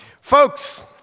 folks